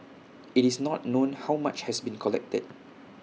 IT is not known how much has been collected